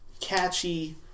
catchy